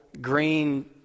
green